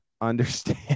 understand